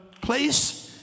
place